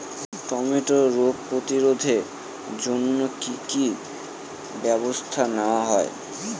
টমেটোর রোগ প্রতিরোধে জন্য কি কী ব্যবস্থা নেওয়া হয়?